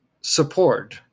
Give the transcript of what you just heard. support